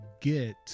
get